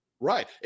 right